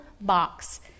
box